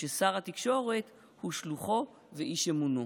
וששר התקשורת הוא שלוחו ואיש אמונו.